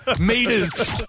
meters